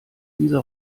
dieser